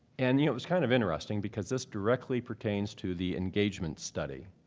and you know, it was kind of interesting because this directly pertains to the engagement study,